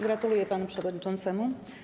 Gratuluję panu przewodniczącemu.